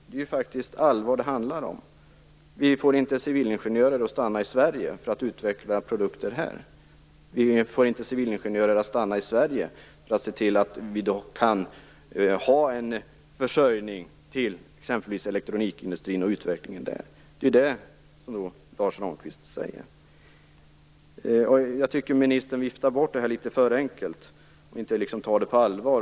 Det här är faktiskt allvarligt. Vi får inte civilingenjörer att stanna i Sverige för att utveckla produkter här. Vi får inte civilingenjörer att stanna i Sverige för att se till att vi kan ha en försörjning till exempelvis elektronikindustrin och utvecklingen på det området. Det är det Lars Ramqvist säger. Jag tycker att ministern viftar bort det här litet för enkelt, och att han inte tar det riktigt på allvar.